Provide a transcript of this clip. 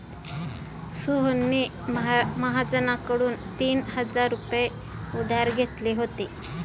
सोहनने महाजनकडून तीन हजार रुपये उधार घेतले होते